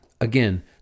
Again